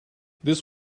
this